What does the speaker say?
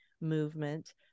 movement